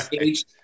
age